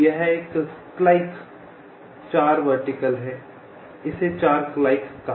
तो यह एक क्लाइक 4 वर्टिकल है इसे 4 क्लाइक कहा जाता है